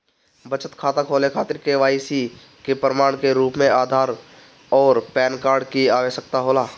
बचत खाता खोले खातिर के.वाइ.सी के प्रमाण के रूप में आधार आउर पैन कार्ड की आवश्यकता होला